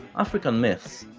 african myths,